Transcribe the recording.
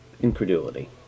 incredulity